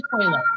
toilet